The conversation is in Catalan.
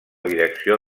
direcció